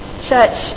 Church